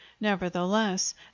nevertheless